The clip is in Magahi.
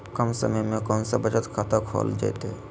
कम समय में कौन बचत खाता खोले जयते?